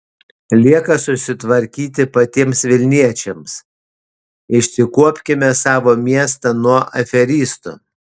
lieka susitvarkyti patiems vilniečiams išsikuopkime savo miestą nuo aferistų